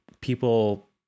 people